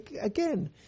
Again